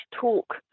talk